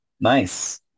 Nice